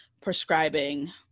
prescribing